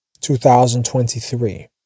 2023